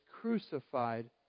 crucified